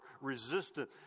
resistant